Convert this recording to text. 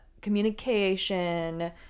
communication